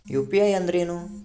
UPI ಅಂದ್ರೇನು?